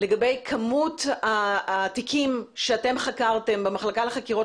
לגבי כמות התיקים שאתם חקרתם במחלקה לחקירות